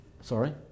Sorry